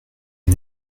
est